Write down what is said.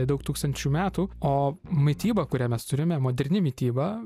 daug tūkstančių metų o mityba kurią mes turime moderni mityba